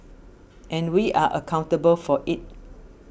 and we are accountable for it